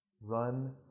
Run